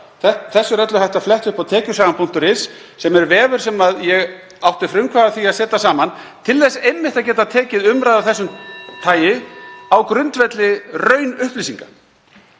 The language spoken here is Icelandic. Þessu er öllu hægt að fletta upp á tekjusagan.is, sem er vefur sem ég átti frumkvæði að að setja saman til þess einmitt að geta tekið umræðu af þessu tagi á grundvelli raunupplýsinga.